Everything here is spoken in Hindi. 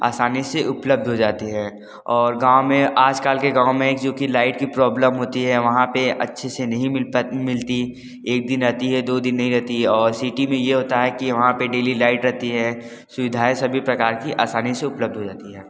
आसानी से उपलब्ध हो जाती हैं और गाँव में आजकल के गाँव में क्यों की लाइट की प्रॉब्लम होती है वहाँ पे अच्छे से नहीं मिलती एक दिन रहती है दो दिन नहीं रहती और सिटी में यह होता है कि वहाँ पे डेली लाइट रहती है सुविधाएँ सभी प्रकार की आसानी से उपलब्ध हो जाती हैं